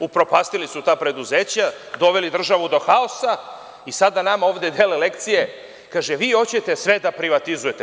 Upropastili su ta preduzeća, doveli državu do haosa i sada nama ovde dele lekcije, kaže – vi hoćete sve da privatizujete.